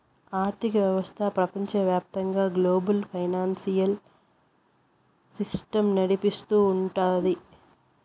ఆర్థిక వ్యవస్థ ప్రపంచవ్యాప్తంగా గ్లోబల్ ఫైనాన్సియల్ సిస్టమ్ నడిపిస్తూ ఉంటది